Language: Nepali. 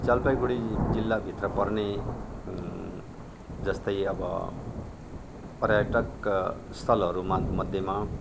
जलपाइगुडी जिल्लाभित्र पर्ने जस्तै अब पर्यटकस्थलहरू म मध्येमा